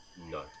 No